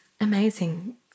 amazing